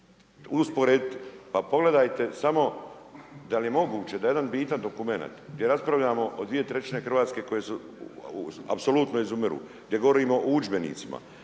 pogledajte samo, pa da li je moguće da jedan bitan dokumenat, gdje raspravljamo o dvije trećine Hrvatske koje apsolutno izumiru, gdje govorimo u udžbenicima,